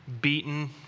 beaten